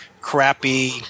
crappy